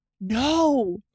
no